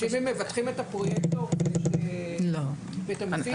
שאם הם מבטחים את הפרויקטור ואת המפיק,